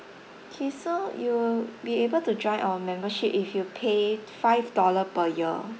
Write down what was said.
K so you will be able to join our membership if you pay five dollar per year